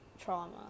trauma